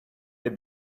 they